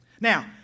Now